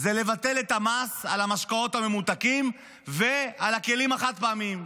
זה לבטל את המס על המשקאות הממותקים ועל הכלים החד-פעמיים.